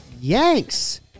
Yanks